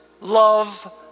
love